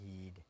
heed